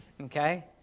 Okay